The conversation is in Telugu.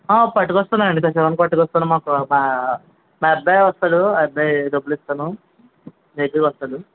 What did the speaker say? పట్టుకొస్తానండి మాకు మా మా అబ్బాయి వస్తాడు అబ్బాయి డబ్బులు ఇస్తాను రేపే వస్తాడు